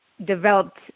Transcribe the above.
developed